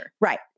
Right